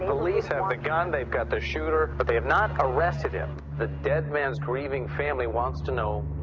police have the gun, they've got the shooter, but they have not arrested him. the dead man's grieving family wants to know,